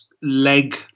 leg